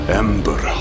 ember